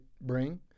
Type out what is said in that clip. bring